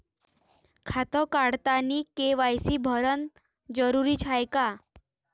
खातं काढतानी के.वाय.सी भरनं जरुरीच हाय का?